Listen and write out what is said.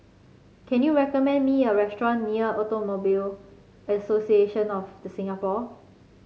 can you recommend me a restaurant near Automobile Association of The Singapore